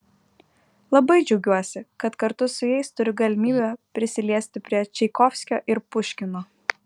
labai džiaugiuosi kad kartu su jais turiu galimybę prisiliesti prie čaikovskio ir puškino